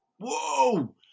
Whoa